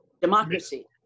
democracy